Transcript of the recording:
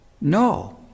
No